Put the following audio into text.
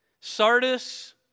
sardis